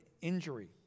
injury